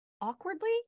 awkwardly